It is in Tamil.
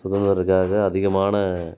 சுதந்திரத்துக்காக அதிகமான